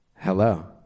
Hello